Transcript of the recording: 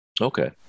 Okay